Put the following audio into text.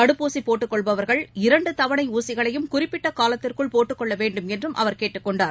தடுப்பூசிபோட்டுக் கொள்பவர்கள் இரண்டுதவணைஊசிகளையும் குறிப்பிட்டகாலத்திற்குள் போட்டுக் கொள்ளவேண்டுமென்றும் அவர் கேட்டுக் கொண்டார்